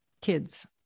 kids